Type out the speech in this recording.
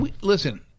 Listen